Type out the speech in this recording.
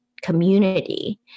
community